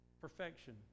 perfection